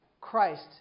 Christ